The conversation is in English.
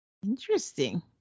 Interesting